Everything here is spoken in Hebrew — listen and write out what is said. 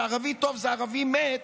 שערבי טוב זה ערבי מת,